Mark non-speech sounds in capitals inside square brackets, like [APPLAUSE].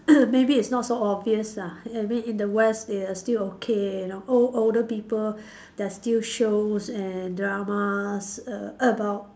[COUGHS] maybe it's not so obvious ah I mean in the West they are still okay you know o~ older people there are still shows and dramas err about